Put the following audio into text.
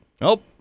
nope